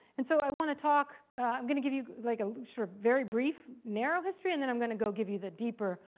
and so i want to talk i'm going to give you like a sort of very brief narrow history and then i'm going to go give you the deeper,